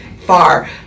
far